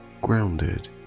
grounded